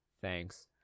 thanks